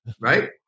Right